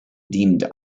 deemed